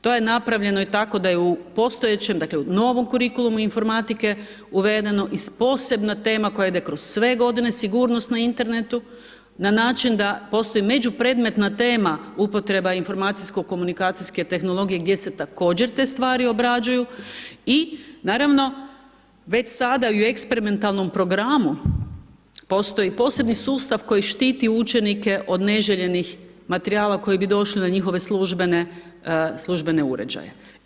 To je napravljano i tako da i u postojećem dakle u novom kurikulumu informatike uvedemo i posebna tema koja ide kroz sve godine, sigurnost na internetu, na način da postoji međupredmetna tema, upotreba informacijsko-komunikacijske tehnologije gdje se također te stvari obrađuju i naravno već sada i u eksperimentalnu programu postoji posebni sustav koji štiti učenike od neželjenih materijal koji bi došli na njihove službene uređaje.